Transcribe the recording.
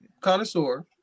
connoisseur